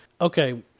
okay